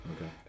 Okay